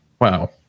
wow